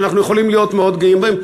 שאנחנו יכולים להיות מאוד גאים בהם.